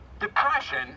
Depression